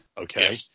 okay